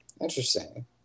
Interesting